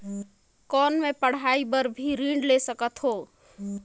कौन मै पढ़ाई बर भी ऋण ले सकत हो?